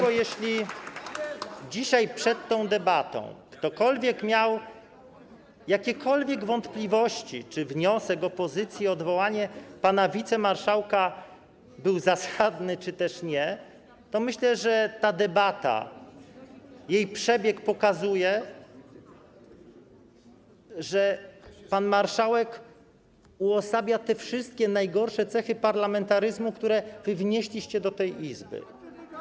Więc jeśli dzisiaj przed tą debatą ktokolwiek miał jakiekolwiek wątpliwości, czy wniosek opozycji o odwołanie pana wicemarszałka był zasadny, czy też nie, to myślę, że przebieg tej debaty pokazuje, że pan marszałek uosabia wszystkie najgorsze cechy parlamentaryzmu, które wnieśliście do tej Izby.